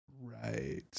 right